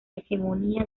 hegemonía